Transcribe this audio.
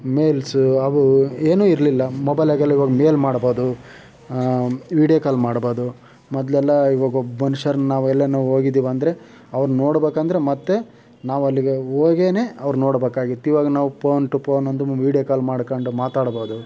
mails ಅವು ಏನೂ ಇರಲಿಲ್ಲ ಮೊಬೈಲಾಗೆಲ್ಲ ಇವಾಗ ಮೇಲ್ ಮಾಡಬೋದು ವೀಡಿಯೋ ಕಾಲ್ ಮಾಡಬೋದು ಮೊದಲೆಲ್ಲ ಇವಾಗೊಬ್ಬ ಮನುಷ್ಯರನ್ನು ನಾವು ಎಲ್ಲಾರು ಹೋಗಿದ್ದೇವೆಂದ್ರೆ ಅವ್ರ್ನನೋಡಬೇಕೆಂದ್ರೆ ಮತ್ತೆ ನಾವಲ್ಲಿಗೆ ಹೋಗಿಯೇ ಅವ್ರ್ನನೋಡಬೇಕಾಗಿತ್ತು ಇವಾಗ ನಾವು ಪೋನ್ ಟು ಪೋನ್ ಒಂದು ವೀಡಿಯೋ ಕಾಲ್ ಮಾಡ್ಕೊಂಡು ಮಾತಾಡಬೋದು